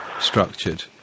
structured